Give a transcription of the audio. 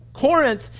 Corinth